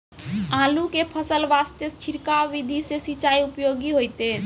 आलू के फसल वास्ते छिड़काव विधि से सिंचाई उपयोगी होइतै?